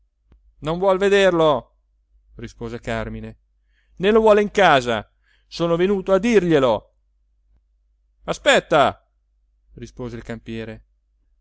non vuol vederlo rispose càrmine né lo vuole in casa sono venuto a dirglielo aspetta rispose il campiere